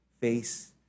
face